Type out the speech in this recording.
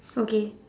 okay